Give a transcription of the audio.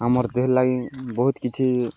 ଆମର୍ ଦେହେ ଲାଗି ବହୁତ୍ କିଛି